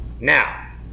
Now